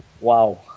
wow